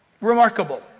remarkable